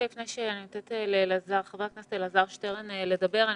לפני שאני נותנת לחבר הכנסת אלעזר שטרן לדבר אני